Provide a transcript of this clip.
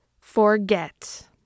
forget